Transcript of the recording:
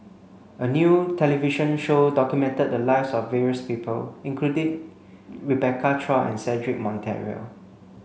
a new television show documented the lives of various people including Rebecca Chua and Cedric Monteiro